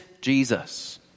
Jesus